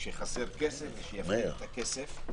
שחסר כסף ושיפקיד את הכסף.